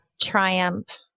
triumph